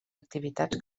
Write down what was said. activitats